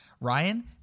Ryan